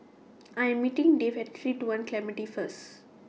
I Am meeting Dave At three two one Clementi First